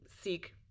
seek